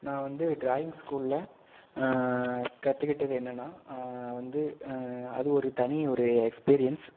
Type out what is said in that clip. நான் வந்து டிராயிங் ஸ்கூலில் கற்றுக்கிட்டது என்னென்னா வந்து அது ஒரு தனி ஒரு எக்ஸ்பீரியன்ஸ்